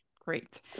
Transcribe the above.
great